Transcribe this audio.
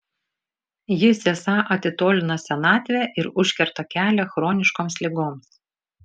jis esą atitolina senatvę ir užkerta kelią chroniškoms ligoms